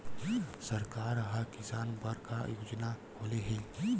सरकार ह किसान बर का योजना खोले हे?